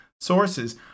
sources